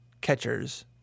catchers